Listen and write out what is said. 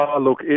Look